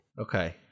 Okay